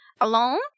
alone